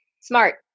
Smart